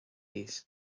eat